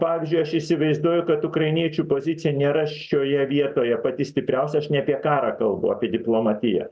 pavyzdžiui aš įsivaizduoju kad ukrainiečių pozicija nėra šioje vietoje pati stipriausia aš ne apie karą kalbu apie diplomatiją